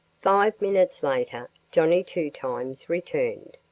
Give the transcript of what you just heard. five minutes later johnnie two times returned.